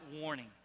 warning